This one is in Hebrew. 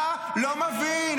אתה לא מבין,